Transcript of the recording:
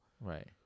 right